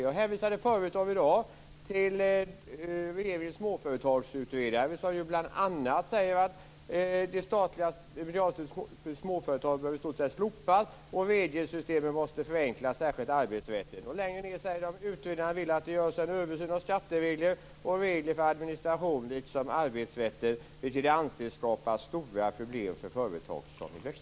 Jag hänvisade förut här i dag till regeringens småföretagsutredare som bl.a. säger att det statliga miljardstödet för småföretag i stort sett behöver slopas och att regelsystemen måste förenklas, särskilt arbetsrätten. Längre fram säger man: Utredningen vill att det görs en översyn av skatteregler och regler för administration liksom arbetsrätten, vilket vi anser skapar stora problem för företag som vill växa.